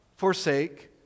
Forsake